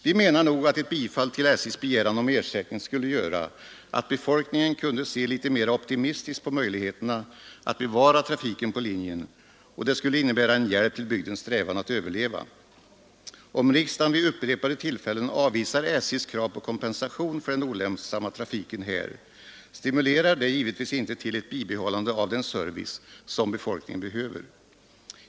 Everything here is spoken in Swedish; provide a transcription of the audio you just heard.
Vi menar att ett bifall till SJ:s begäran om ersättning skulle göra att befolkningen kunde se litet mera optimistiskt på möjligheterna att bevara trafiken på linjen, och det skulle innebära en hjälp till bygdens strävan att överleva. Om riksdagen vid upprepade tillfällen avvisar SJ:s krav på kompensation för den olönsamma trafiken här, stimulerar detta givetvis inte till ett bibehållande av den service som befolkningen behöver.